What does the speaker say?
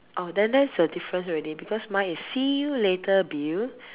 oh then then is a difference already because mine is see you later Bill